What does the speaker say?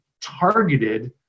targeted